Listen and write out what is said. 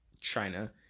china